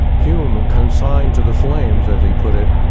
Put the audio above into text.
hume consigned to the flames, as he put it,